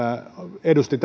edusti